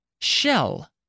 Shell